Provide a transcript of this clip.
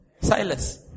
Silas